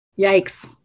Yikes